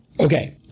Okay